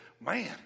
man